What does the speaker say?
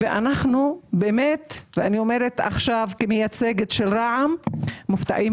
אני אומרת כמייצגת של רע"מ אנו מופתעים